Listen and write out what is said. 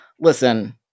Listen